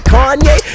Kanye